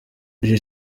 lil